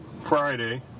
Friday